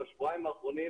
בשבועיים האחרונים,